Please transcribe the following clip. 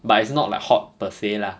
but it's not like hot per se lah